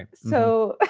um so,